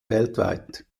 weltweit